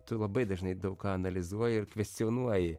tu labai dažnai daug ką analizuoji ir kvestionuoji